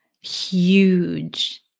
Huge